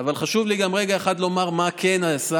אבל חשוב לי גם רגע אחד לומר מה כן נעשה